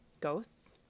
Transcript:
ghosts